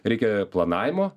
reikia planavimo